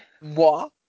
Moi